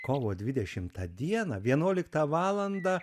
kovo dvidešimtą dieną vienuoliktą valandą